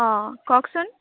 অঁ কওকচোন